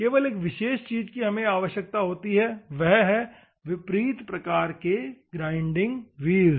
केवल एक विशेष चीज की हमें आवश्यकता होती है वह है विपरीत आकार के ग्राइंडिंग व्हील्स